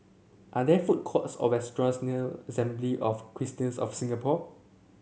are there food courts or restaurants near Assembly of Christians of Singapore